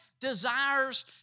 desires